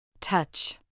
touch